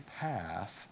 path